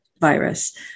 virus